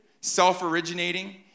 self-originating